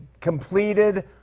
completed